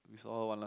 saw her one last